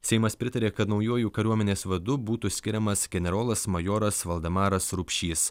seimas pritarė kad naujuoju kariuomenės vadu būtų skiriamas generolas majoras valdemaras rupšys